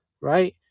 right